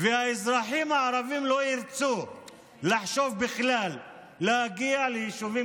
האזרחים הערבים לא ירצו בכלל לחשוב להגיע ליישובים